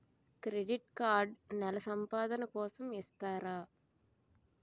Credit card నెల సంపాదన కోసం ఇస్తారా?